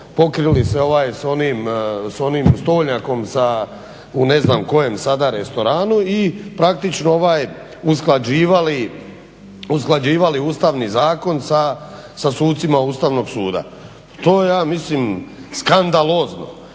pokrili s onim stolnjakom u ne znam kojem restoranu i praktično usklađivali ustavni zakon sa sucima ustavnog suda. To je ja mislim skandalozno.